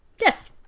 yes